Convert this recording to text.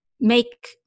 make